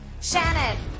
Shannon